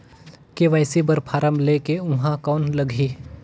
KYC बर form ले के ऊहां कौन लगही?